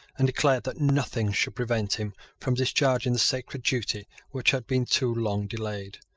and declared that nothing should prevent him from discharging the sacred duty which had been too long delayed.